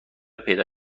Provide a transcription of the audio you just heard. پیدا